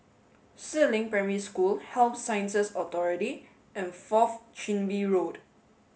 Si Ling Primary School Health Sciences Authority and Fourth Chin Bee Road